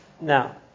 Now